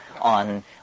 on